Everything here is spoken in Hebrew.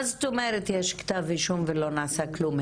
מה זאת אומרת יש כתב אישום ולא נעשה כלום,